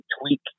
tweak